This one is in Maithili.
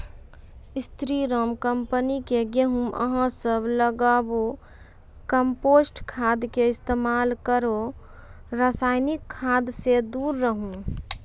स्री राम कम्पनी के गेहूँ अहाँ सब लगाबु कम्पोस्ट खाद के इस्तेमाल करहो रासायनिक खाद से दूर रहूँ?